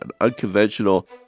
unconventional